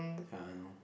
ya I know